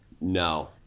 No